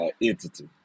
entity